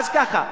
ככה,